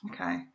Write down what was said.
Okay